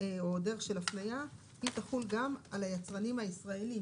או דרך של הפניה תחול גם על היצרנים הישראלים